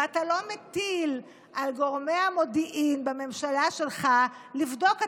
ואתה לא מטיל על גורמי המודיעין בממשלה שלך לבדוק?